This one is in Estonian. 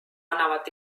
annavad